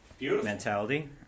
mentality